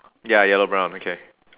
ya yellow brown okay